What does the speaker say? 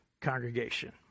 congregation